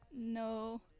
No